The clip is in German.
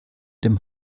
dem